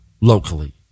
locally